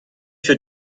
für